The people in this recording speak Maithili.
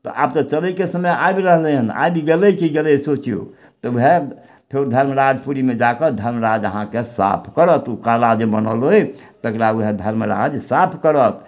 तऽ आब तऽ चलयके समय आबि रहलय हन आबि गेलय की गेलय से सोचियौ तऽ वएह फेर धर्मराज पूरीमे जाके धर्मराज अहाँके साफ करत उ काला जे बनल होत तकरा वएह धर्मराज साफ करत